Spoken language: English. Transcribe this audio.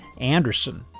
Anderson